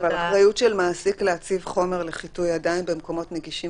אבל אחריות של מעסיק להציב חומר לחיטוי ידיים במקומות נגישים